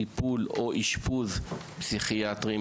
טיפול או אשפוז פסיכיאטרי,